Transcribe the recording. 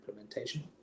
implementation